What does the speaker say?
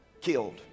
killed